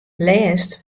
lêst